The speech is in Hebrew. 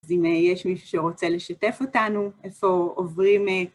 אז אם יש מישהו שרוצה לשתף אותנו, איפה עוברים...